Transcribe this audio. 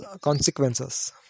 consequences